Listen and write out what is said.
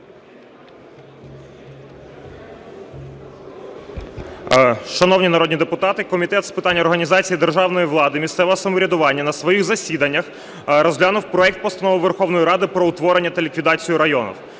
Шановні народні депутати, Комітет з питань організації державної влади, місцевого самоврядування на своїх засіданнях розглянув проект Постанови Верховної Ради про утворення та ліквідацію районів.